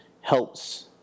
helps